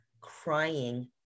crying